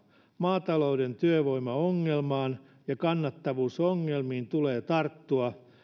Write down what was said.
maatalouden työvoimaongelmaan ja kannattavuusongelmiin tulee tarttua